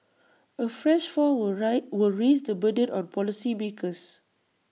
A fresh fall will rice raise the burden on policymakers